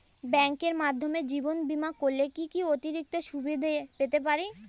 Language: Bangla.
ব্যাংকের মাধ্যমে জীবন বীমা করলে কি কি অতিরিক্ত সুবিধে পেতে পারি?